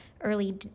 early